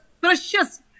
precious